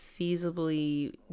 feasibly